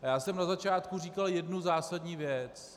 A já jsem na začátku říkal jednu zásadní věc: